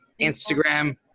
instagram